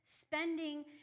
spending